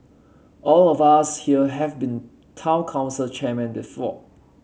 all of us here have been town council chairman before